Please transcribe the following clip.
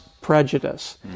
prejudice